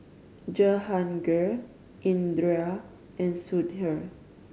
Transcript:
Jehangirr Indira and Sudhir